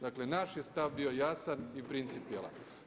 Dakle naš je stav bio jasan i principijelan.